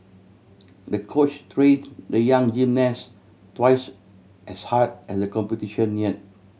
the coach train the young gymnast twice as hard as the competition near